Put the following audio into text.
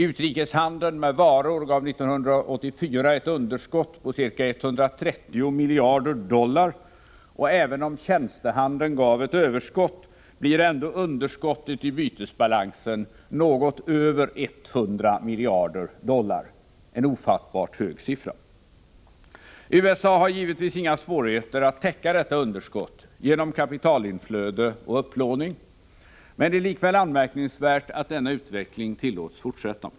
Utrikeshandeln med varor gav 1984 ett underskott på ca 130 miljarder dollar, och även om tjänstehandeln gav ett överskott blev ändå underskottet i bytesbalansen något över 100 miljarder dollar — en ofattbart hög siffra. USA har givetvis inga svårigheter att täcka detta underskott genom kapitalinflöde och upplåning, men det är likväl anmärkningsvärt att denna utveckling tillåts fortsätta.